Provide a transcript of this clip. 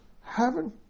heaven